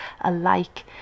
alike